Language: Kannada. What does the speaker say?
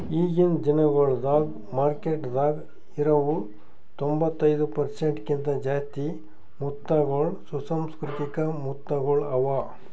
ಈಗಿನ್ ದಿನಗೊಳ್ದಾಗ್ ಮಾರ್ಕೆಟದಾಗ್ ಇರವು ತೊಂಬತ್ತೈದು ಪರ್ಸೆಂಟ್ ಕಿಂತ ಜಾಸ್ತಿ ಮುತ್ತಗೊಳ್ ಸುಸಂಸ್ಕೃತಿಕ ಮುತ್ತಗೊಳ್ ಅವಾ